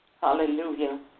Hallelujah